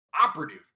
operative